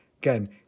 Again